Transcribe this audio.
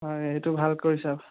হয় সেইটো ভাল কৰিছে আপুনি